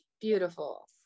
Beautiful